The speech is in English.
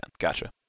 gotcha